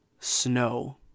Snow